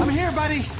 um here, buddy!